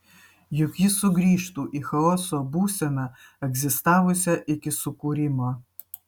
juk ji sugrįžtų į chaoso būseną egzistavusią iki sukūrimo